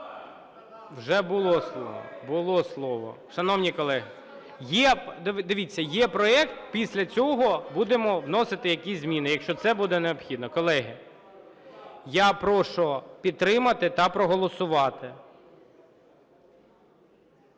Вже було слово, було слово. Шановні колеги, є, дивіться, є проект, після цього будемо вносити якісь зміни, якщо це буде необхідно. Колеги, я прошу підтримати та проголосувати.